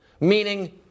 meaning